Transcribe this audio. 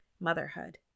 motherhood